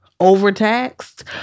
overtaxed